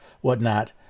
whatnot